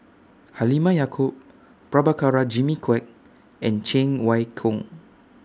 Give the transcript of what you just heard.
Halimah Yacob Prabhakara Jimmy Quek and Cheng Wai Keung